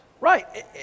Right